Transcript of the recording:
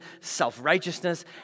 self-righteousness